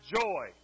joy